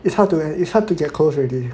it's hard to it's hard to get close already